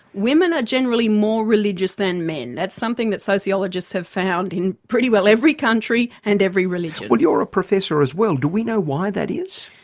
women are generally more religious than men. that's something that sociologists have found in pretty well every country and every religion. well, you're a professor as well, do we know why that is?